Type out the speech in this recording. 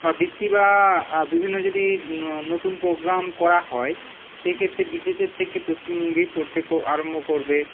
বা বৃত্তির বা বিভিন্ন যদি নতুন প্রোগ্রাম করা হয় সেই ক্ষেত্রে বিদেশের থেকে পশ্চিমবঙ্গেই পড়তে কো আরম্ভ করবে